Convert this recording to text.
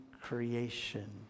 creation